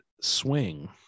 swing